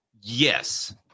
Yes